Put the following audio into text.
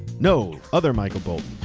no, other michael bolton.